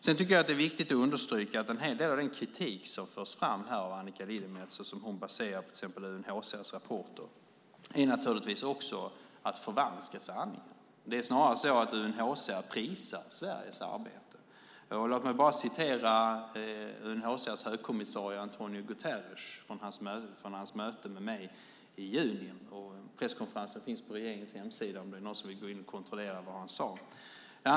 Sedan tycker jag att det är viktigt att understryka att en hel del av den kritik som förs fram av Annika Lillemets och som hon baserar på UNHCR:s rapporter naturligtvis också är att förvanska sanningen. Det är snarare så att UNHCR prisar Sveriges arbete. Låt mig bara återge det UNHCR:s högkommissarie António Guterres sade vid sitt möte med mig i juni. Presskonferensen finns på regeringens hemsida, om det är någon som vill gå in och kontrollera vad han sade.